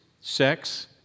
sex